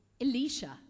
Elisha